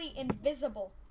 invisible